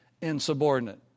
insubordinate